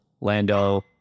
Lando